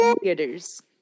theaters